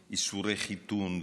איסורי חיתון וגיטין,